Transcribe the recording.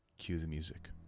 cuban music